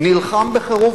נלחם בחירוף